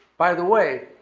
by the way,